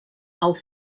auf